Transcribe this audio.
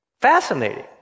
Fascinating